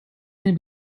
can